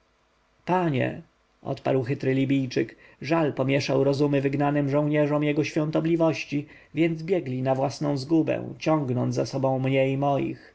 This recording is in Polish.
panie odparł chytry libijczyk żal pomieszał rozumy wygnanym żołnierzom jego świątobliwości więc biegli na własną zgubę ciągnąc za sobą mnie i moich